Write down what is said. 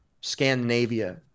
Scandinavia